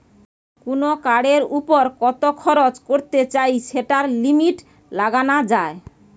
কুনো কার্ডের উপর কত খরচ করতে চাই সেটার লিমিট লাগানা যায়